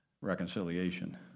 Reconciliation